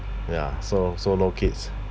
ya so so no kids